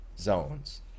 zones